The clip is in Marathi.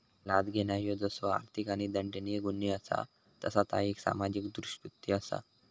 लाच घेणा ह्यो जसो आर्थिक आणि दंडनीय गुन्हो असा तसा ता एक सामाजिक दृष्कृत्य असा